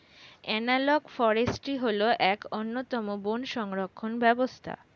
analogue forestry হল এক অন্যতম বন সংরক্ষণ ব্যবস্থা